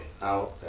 Now